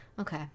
okay